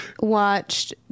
watched